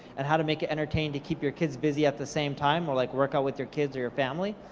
and how to make it entertaining to keep your kids busy at the same time, or like work out with your kids, or your family.